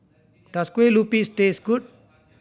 does Kueh Lupis taste good